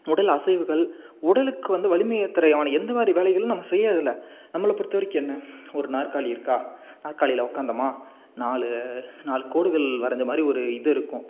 உடல் அசைவுகள் உடலுக்கு வந்து வலிமையை தரயான எந்த மாதிரி வேலைகளும் நம்ம செய்கிறதில்ல நம்மளை பொறுத்த வரைக்கும் என்ன ஒரு நாற்காலி இருக்கா நாற்காலியில் உட்காந்தோமா நாலு நாலு கோடுகள் வரைஞ்ச மாதிரி ஒரு இது இருக்கும்